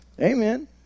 Amen